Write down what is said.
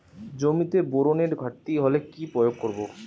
জমিতে বোরনের ঘাটতি হলে কি প্রয়োগ করব?